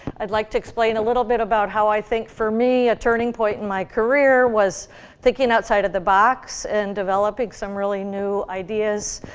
i'd like to explain a little bit about how i think, for me, a turning point in my career was thinking outside of the box and developing some really new ideas,